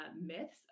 myths